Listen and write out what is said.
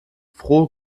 frohe